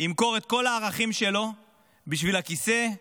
ימכור את כל הערכים שלו בשביל הכיסא,